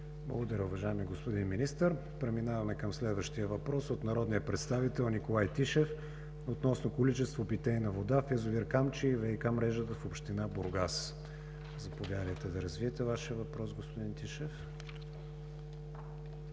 Благодаря, уважаеми господин Министър. Преминаваме към следващия въпрос от народния представител Николай Тишев относно количество питейна вода в язовир „Камчия“ и ВиК мрежа в община Бургас. Заповядайте да развиете Вашия въпрос, господин Тишев.